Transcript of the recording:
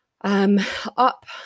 Up